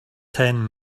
ten